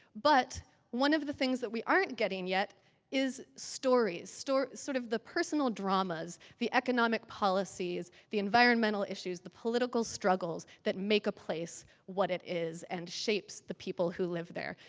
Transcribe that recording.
but one of the things that we aren't getting yet is stories. sort of the personal dramas, the economic policies, the environmental issues, the political struggle that make a place what it is and shapes the people who live there.